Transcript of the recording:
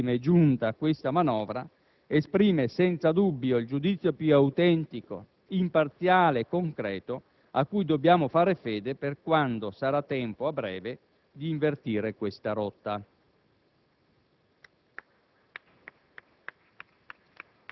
La bocciatura che da queste ultime è giunta all'attuale manovra finanziaria esprime senza dubbio il giudizio più autentico, imparziale, concreto, a cui dobbiamo fare fede per quando sarà tempo, a breve, di invertire questa rotta.